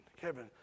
Kevin